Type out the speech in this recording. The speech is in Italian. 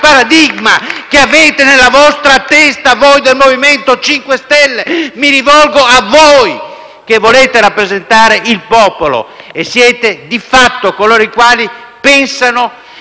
il paradigma che avete nella testa, voi del MoVimento 5 Stelle. Mi rivolgo a voi, che volete rappresentare il popolo e siete - di fatto - coloro i quali pensano